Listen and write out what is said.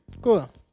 Cool